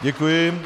Děkuji.